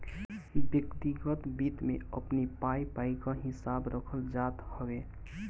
व्यक्तिगत वित्त में अपनी पाई पाई कअ हिसाब रखल जात हवे